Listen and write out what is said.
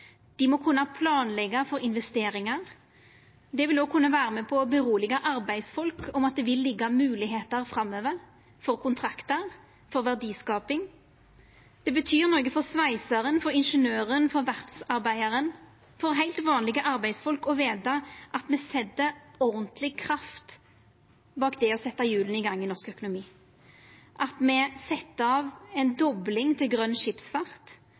Dei må kunna planleggja for investeringar. Det vil òg kunna vera med på å roa arbeidsfolk med at det vil vera moglegheiter framover for kontraktar og verdiskaping. Det betyr noko for sveisaren, for ingeniøren, for verftsarbeidaren, for heilt vanlege arbeidsfolk, å vita at me set ordentleg kraft bak det å setja hjula i gang i norsk økonomi. Me set av ei dobling i løyvingane til grøn skipsfart,